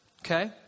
Okay